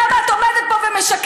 למה את עומדת פה ומשקרת?